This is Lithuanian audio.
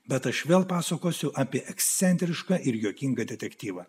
bet aš vėl pasakosiu apie ekscentrišką ir juokingą detektyvą